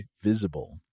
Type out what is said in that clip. Visible